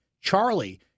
Charlie